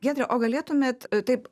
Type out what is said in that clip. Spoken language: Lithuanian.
giedre o galėtumėt taip